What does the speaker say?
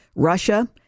Russia